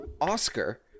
Oscar